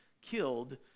killed